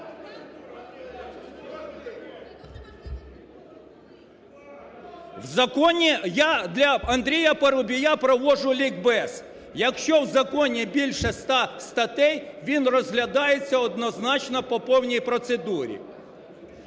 Я для Андрія Парубія проводжу лікбез: якщо у законі більше 100 статей, він розглядається однозначно по повній процедурі.